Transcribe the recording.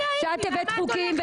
כשאת הבאת חוקים,